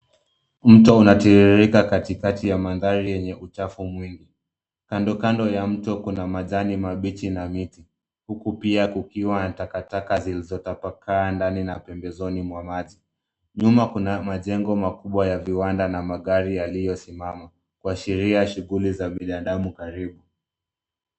Mto unatiririka katikati ya mandhari yenye uchafu mwingi. Kando kando ya mto kuna majani mabichi na miti, huku pia kukiwa na takataka zilizotapakaa ndani na pembezoni mwa maji. Nyuma kuna majengo makubwa ya viwanda na magari yaliyosimama, kuashiria shughuli za binadamu karibu.